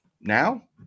now